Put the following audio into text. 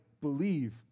believe